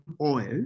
oil